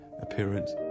appearance